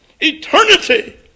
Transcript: Eternity